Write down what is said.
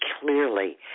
clearly